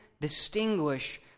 distinguish